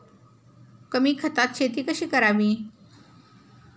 कमी खतात शेती कशी करावी?